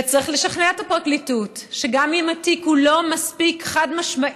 וצריך לשכנע את הפרקליטות שגם אם התיק הוא לא מספיק חד-משמעי,